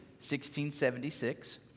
1676